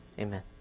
amen